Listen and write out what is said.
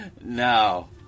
No